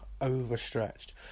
overstretched